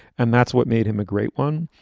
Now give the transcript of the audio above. and that's what made him a great one.